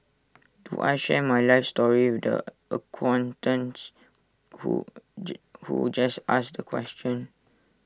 do I share my life story with the acquaintance who who just asked the question